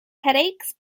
headaches